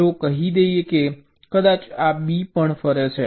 તો કહી દઈએ કે કદાચ આ B પણ ફરે છે